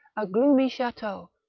a gloomy chateau,